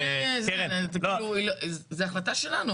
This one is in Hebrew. אתה כאילו, זה החלטה שלנו.